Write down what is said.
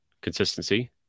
consistency